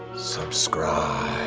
subscribe.